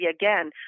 again